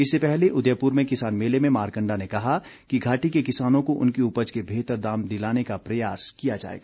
इससे पहले उदयपुर में किसान मेले में मारकण्डा ने कहा कि घाटी के किसानों को उनकी उपज के बेहतर दाम दिलाने का प्रयास किया जाएगा